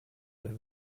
live